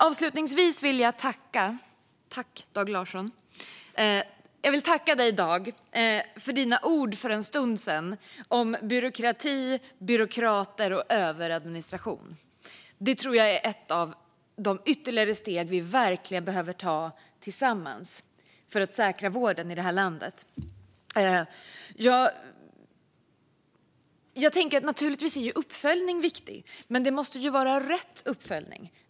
Avslutningsvis vill jag tacka dig, Dag Larsson, för dina ord om byråkrati, byråkrater och överadministration för en stund sedan. Detta tror jag är ett av de ytterligare steg vi verkligen behöver ta tillsammans för att säkra vården i det här landet. Jag tänker att uppföljning naturligtvis är viktigt men att det måste vara rätt uppföljning.